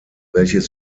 welches